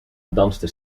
danste